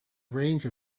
range